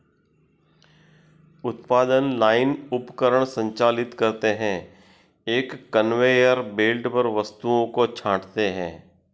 उत्पादन लाइन उपकरण संचालित करते हैं, एक कन्वेयर बेल्ट पर वस्तुओं को छांटते हैं